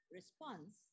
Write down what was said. response